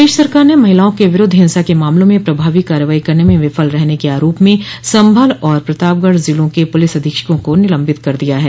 प्रदेश सरकार ने महिलाओं के विरूद्ध हिंसा के मामलों में प्रभावी कार्रवाई करने में विफल रहने के आरोप में संभल और प्रतापगढ़ जिलों के पुलिस अधीक्षकों को निलम्बित कर दिया है